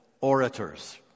orators